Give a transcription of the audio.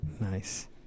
Nice